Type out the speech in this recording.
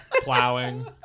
plowing